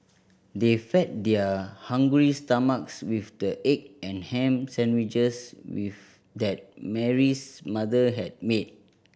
they fed their hungry stomachs with the egg and ham sandwiches with that Mary's mother had made